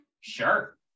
Sure